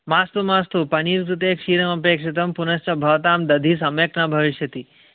मास्तु मास्तु पनीर् कृते क्षीरम् अपेक्षितं पुनश्च भवतां दधि सम्यक् न भविष्यति